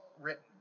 written